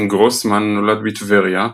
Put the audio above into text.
גרוסמן נולד בטבריה,